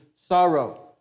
sorrow